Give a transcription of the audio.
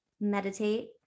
meditate